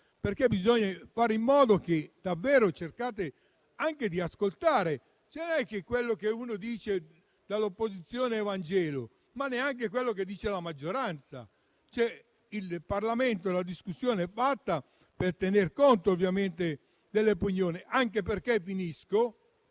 bisogna fare in modo che davvero cerchiate di ascoltare, perché non è che quello che si dice dall'opposizione sia vangelo, ma neanche quello che dice la maggioranza lo è. In Parlamento la discussione è fatta per tener conto ovviamente delle opinioni, anche perché le